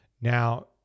Now